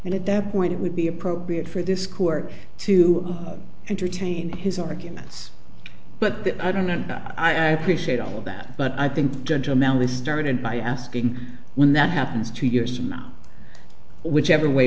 and at that point it would be appropriate for this court to entertain his arguments but i don't and i appreciate all of that but i think judge amount is started by asking when that happens two years from now whichever way